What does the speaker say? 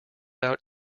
out